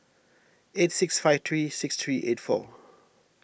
eight six five three six three eight four